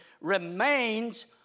remains